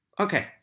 okay